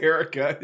Erica